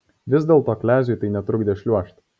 vis dėlto kleziui tai netrukdė šliuožt